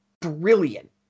brilliant